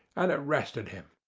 and arrested him.